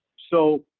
so,